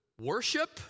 worship